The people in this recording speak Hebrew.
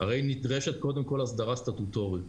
הרי נדרשת קודם כל הסדרה סטטוטורית,